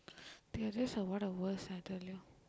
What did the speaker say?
they are just one of the worst I tell you